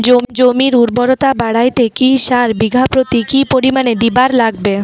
জমির উর্বরতা বাড়াইতে কি সার বিঘা প্রতি কি পরিমাণে দিবার লাগবে?